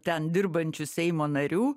ten dirbančių seimo narių